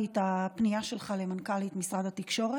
את הפנייה שלך למנכ"לית משרד התקשורת.